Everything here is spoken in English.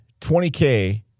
20K